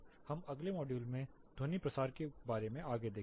हम अगले मॉड्यूल में ध्वनि प्रसार के बारे में आगे देखेंगे